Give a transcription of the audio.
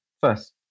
First